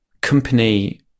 company